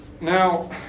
Now